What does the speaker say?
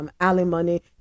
alimony